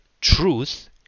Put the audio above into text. truth